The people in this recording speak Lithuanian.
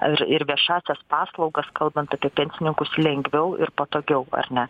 ar ir viešąsias paslaugas kalbant apie pensininkus lengviau ir patogiau ar ne